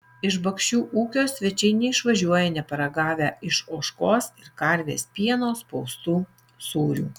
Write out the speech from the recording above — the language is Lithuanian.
iš bakšių ūkio svečiai neišvažiuoja neparagavę iš ožkos ir karvės pieno spaustų sūrių